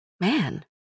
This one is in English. Man